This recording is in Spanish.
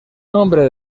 nombre